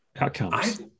outcomes